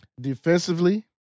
Defensively